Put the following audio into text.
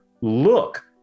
Look